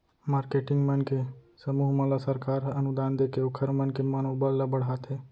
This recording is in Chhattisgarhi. मारकेटिंग मन के समूह मन ल सरकार ह अनुदान देके ओखर मन के मनोबल ल बड़हाथे